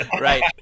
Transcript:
Right